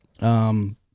Um-